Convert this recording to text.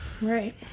Right